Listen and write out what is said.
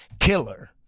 killer